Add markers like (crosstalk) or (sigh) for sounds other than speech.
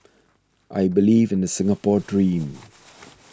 (noise) I believe in the Singapore dream